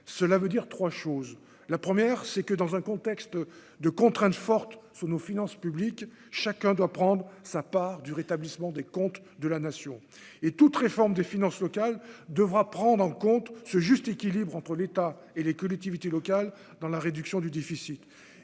cela veut dire 3 choses : la première c'est que dans un contexte de contraintes fortes sous nos finances publiques, chacun doit prendre sa part du rétablissement des comptes de la nation et toute réforme des finances locales, devra prendre en compte ce juste équilibre entre l'État et les collectivités locales dans la réduction du déficit,